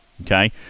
okay